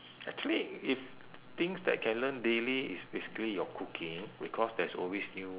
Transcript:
actually if things that can learn daily is basically your cooking because there is always new